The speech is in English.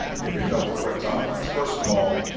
give you a couple of quick top lines. first of all,